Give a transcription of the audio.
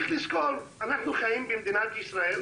צריך לזכור שאנחנו חיים במדינת ישראל,